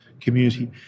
community